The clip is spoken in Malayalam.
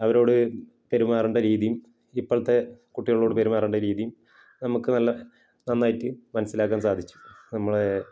അവരോട് പെരുമാറേണ്ട രീതിയും ഇപ്പോഴത്തെ കുട്ടികളോട് പെരുമാറേണ്ട രീതിയും നമുക്ക് നല്ല നന്നായിട്ട് മനസ്സിലാക്കാൻ സാധിച്ചു നമ്മളെ